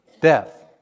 Death